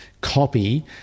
copy